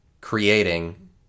creating